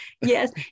yes